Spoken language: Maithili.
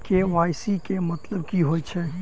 के.वाई.सी केँ मतलब की होइ छै?